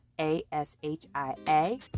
A-S-H-I-A